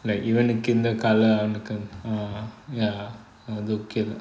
like even இந்த:intha colour uh ya overkill